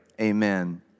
amen